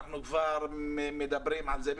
אנחנו כבר מדברים על זה.